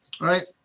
right